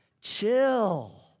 chill